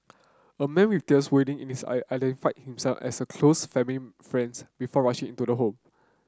a man with tears welling in the eye identified himself as a close family friends before rushing into the home